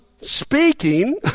speaking